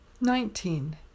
nineteen